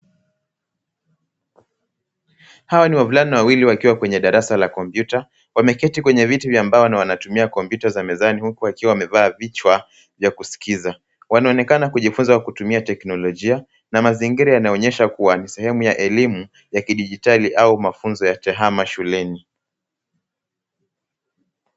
Hawa ni wavulana wawili wakiwa kwenye darasa la kompyuta. Wameketi kwenye viti vya mbao ni wanatumia kompyuta za mezani huku wakiwa wamevaa vichwa vya kusikiza. Wanaonekana kujifunza kwa kutumia teknolojia na mazingira yanaonyesha kuwa ni sehemu ya elimu ya kidijitali au mafunzo ya tehama shuleni.